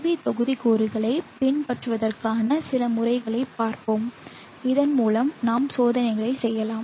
we தொகுதிக்கூறுகளைப் பின்பற்றுவதற்கான சில முறைகளைப் பார்ப்போம் இதன்மூலம் நாம் சோதனைகளைச் செய்யலாம்